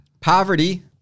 Poverty